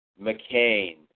McCain